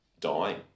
dying